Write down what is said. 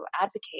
advocate